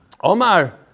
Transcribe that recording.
Omar